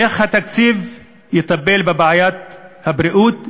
איך התקציב יטפל בבעיית הבריאות,